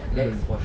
mm